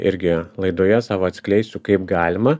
irgi laidoje savo atskleisiu kaip galima